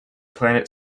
planet